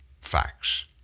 facts